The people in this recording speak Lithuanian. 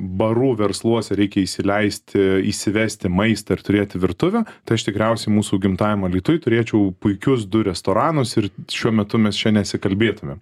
barų versluose reikia įsileisti įsivesti maistą ir turėti virtuvę tai aš tikriausiai mūsų gimtajam alytuj turėčiau puikius du restoranus ir šiuo metu mes čia nesikalbėtumėm